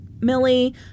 Millie